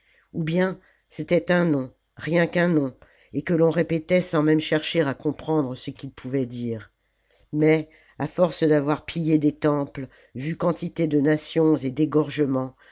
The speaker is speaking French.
ou bien c'était un nom rien qu'un nom et que l'on répétait sans même chercher à comprendre ce qu'il pouvait dire mais à force d'avoir pillé des temples vu quantité de nations et d'égorgements